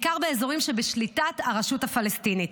בעיקר באזורים שבשליטת הרשות הפלסטינית,